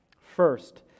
First